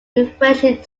refreshing